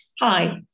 Hi